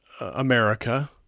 America